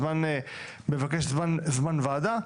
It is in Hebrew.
הזמן נדרש בזמן ועדה,